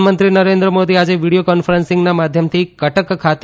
પ્રધાનમંત્રી નરેન્દ્ર મોદી આજે વીડીયો કોન્ફરન્સીંગના માધ્યમથી કટક ખાતે